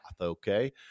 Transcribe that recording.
okay